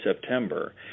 September